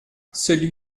celui